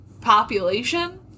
population